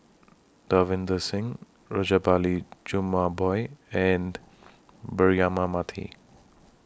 Davinder Singh Rajabali Jumabhoy and Braema Mathi